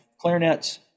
clarinets